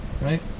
Right